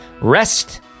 rest